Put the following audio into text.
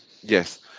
yes